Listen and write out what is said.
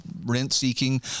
rent-seeking